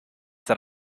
that